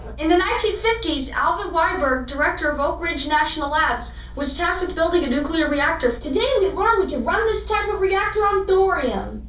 in the nineteen fifty s alvin weinberg, director of oak ridge national labs was tasked with building a nuclear reactor. today we learn that we can run this type of reactor on thorium.